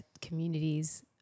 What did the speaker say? communities